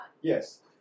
Yes